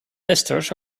esters